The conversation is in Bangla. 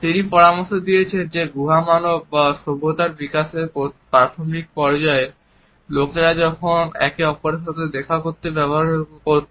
তিনি পরামর্শ দিয়েছিলেন যে গুহামানব বা সভ্যতার বিকাশের প্রাথমিক পর্যায়ে লোকেরা যখন একে অপরের সাথে দেখা করতে ব্যবহার করত